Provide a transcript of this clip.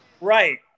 Right